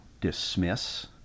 dismiss